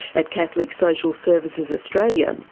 at catholic social services australia,